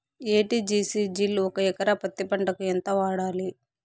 ఎ.టి.జి.సి జిల్ ఒక ఎకరా పత్తి పంటకు ఎంత వాడాలి?